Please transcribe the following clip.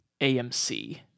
AMC